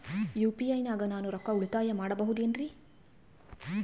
UPI ನಾಗ ನಾನು ರೊಕ್ಕ ಉಳಿತಾಯ ಮಾಡಬಹುದೇನ್ರಿ?